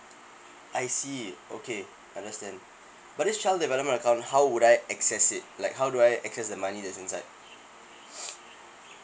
I see okay understand but this child development account how would I access it like how do I access the money that's inside